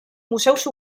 museus